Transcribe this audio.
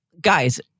guys